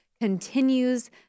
continues